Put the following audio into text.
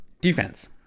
defense